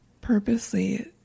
purposely